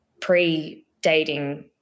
pre-dating